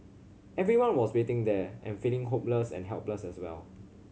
everyone was waiting there and feeling hopeless and helpless as well